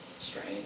Strange